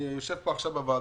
אני יושב פה בוועדה,